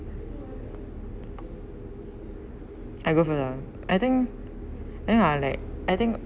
I go first ah I think then I like I think